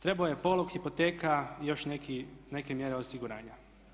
Trebao je polog, hipoteka i još neke mjere osiguranja.